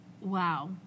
Wow